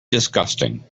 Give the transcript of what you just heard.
disgusting